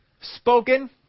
spoken